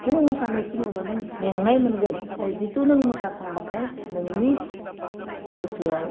नों मोसानाय खिनिखौ नों मेंनाय मोनगोन नाथाय जिथु नों मोसाखांबाथाय नोंनि गोसोआ